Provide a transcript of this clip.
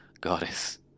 goddess